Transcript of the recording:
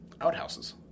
outhouses